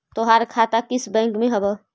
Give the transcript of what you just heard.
तोहार खाता किस बैंक में हवअ